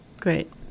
Great